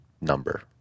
number